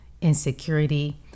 insecurity